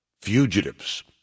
fugitives